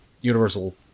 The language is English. Universal